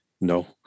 No